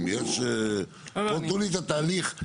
תתנו לי את התהליך.